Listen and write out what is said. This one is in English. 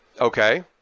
Okay